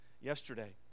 yesterday